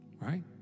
Right